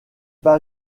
pas